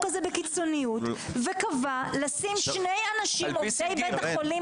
הזה בקיצוניות וקבע לשים שני אנשים עובדי בית החולים